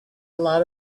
allowed